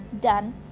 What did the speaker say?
done